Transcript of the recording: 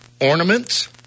ornaments